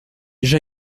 déjà